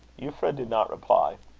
euphra did not reply.